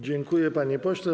Dziękuję, panie pośle.